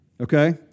Okay